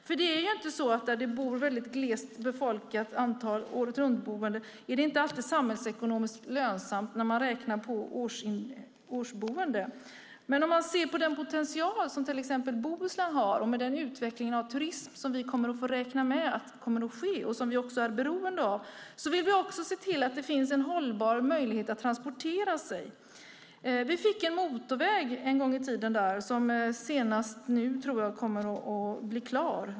Där det finns glest med åretruntboende är inte alltid samhällsekonomiskt lönsamt när man räknar på antalet årsboende. Men om vi ser på den potential som till exempel Bohuslän har, med den utveckling av turism som vi får räkna med kommer att ske och som vi också är beroende av, vill vi att det ska finnas en hållbar möjlighet att transportera sig. En gång i tiden fick vi en motorväg som nu kommer att bli klar.